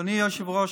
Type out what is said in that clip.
אדוני היושב-ראש,